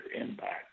impact